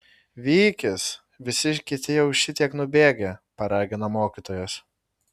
vykis visi kiti jau šitiek nubėgę paragino mokytojas